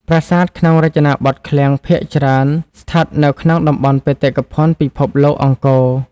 ប្រាសាទក្នុងរចនាបថឃ្លាំងភាគច្រើនស្ថិតនៅក្នុងតំបន់បេតិកភណ្ឌពិភពលោកអង្គរ។